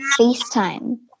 FaceTime